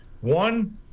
one